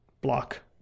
block